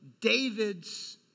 David's